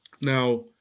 Now